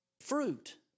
fruit